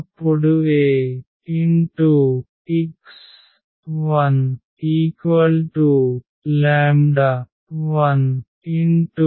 అప్పుడు Ax11x1 Ax22x2